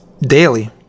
daily